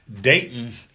Dayton